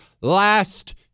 last